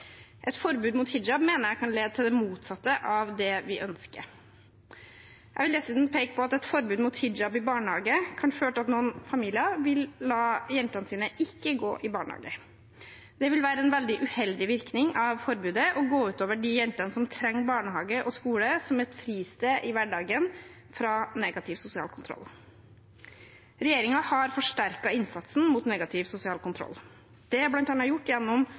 Et forbud mot hijab mener jeg kan lede til det motsatte av det vi ønsker. Jeg vil dessuten peke på at et forbud mot hijab i barnehage kan føre til at noen familier vil velge ikke å la jentene sine gå i barnehage. Det ville være en veldig uheldig virkning av forbudet og gå ut over de jentene som trenger barnehage og skole som et fristed i hverdagen fra negativ sosial kontroll. Regjeringen har forsterket innsatsen mot negativ sosial kontroll. Det er bl.a. gjort gjennom